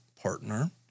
partner